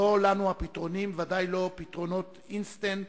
לא לנו הפתרונים, ודאי לא פתרונות אינסטנט